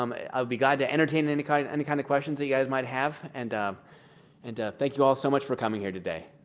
um i i would be glad to entertain and any kind of and kind of questions you guys might have and um and thank you all so much for coming here today.